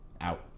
Out